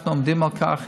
ואנחנו עומדים על כך,